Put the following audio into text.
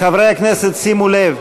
חברי הכנסת, שימו לב,